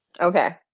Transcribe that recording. Okay